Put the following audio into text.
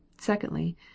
Secondly